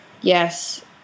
yes